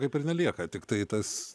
kaip ir nelieka tiktai tas